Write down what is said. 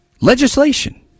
Legislation